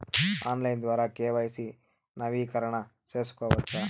Online ద్వారా KYC నవీకరణ సేసుకోవచ్చా?